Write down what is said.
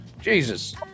Jesus